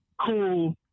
cool